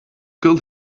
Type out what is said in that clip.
could